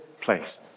place